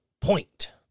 point